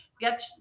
Get